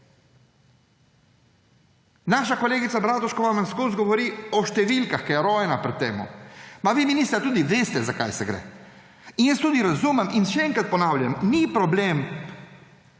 Naša kolegica Bratuškova vam vedno govori o številkah, je rojena za to. Vi minister tudi veste, za kaj gre in tudi razumem in še enkrat ponavljam, ni problem